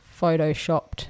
photoshopped